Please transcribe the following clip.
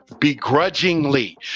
begrudgingly